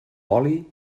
oli